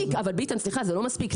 ביטן, סליחה, זה לא מספיק.